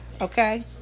okay